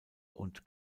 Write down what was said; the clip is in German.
und